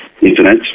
internet